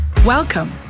Welcome